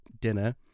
dinner